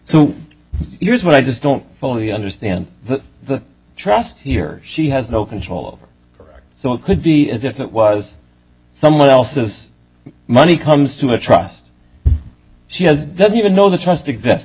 so here's what i just don't fully understand the trust here she has no control over her so it could be as if it was someone else's money comes to a trust she has doesn't even know the trust exist